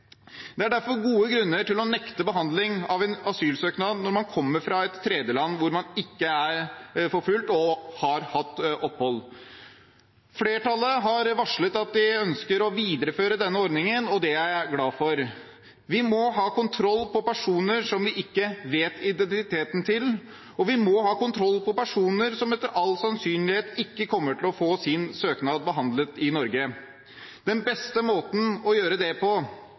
Det er derfor gode grunner til å nekte behandling av en asylsøknad når man kommer fra et tredjeland hvor man ikke er forfulgt og har hatt opphold. Flertallet har varslet at de ønsker å videreføre denne ordningen, og det er jeg glad for. Vi må ha kontroll på personer som vi ikke kjenner identiteten til, og vi må ha kontroll på personer som etter all sannsynlighet ikke kommer til å få sin søknad behandlet i Norge. Den beste måten å gjøre det på